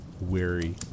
weary